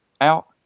out